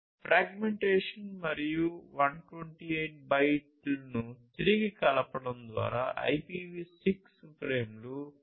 fragmentation మరియు 128 బైట్లను తిరిగి కలపడం ద్వారా IPv6 ఫ్రేమ్లు 802